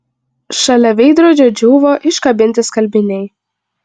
šalia veidrodžio džiūvo iškabinti skalbiniai